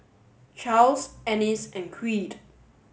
Charls Ennis and Creed